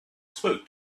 spoke